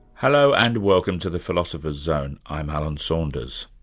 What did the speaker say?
hello and welcome to the philosopher's zone. i'm alan saunders.